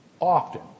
often